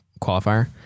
qualifier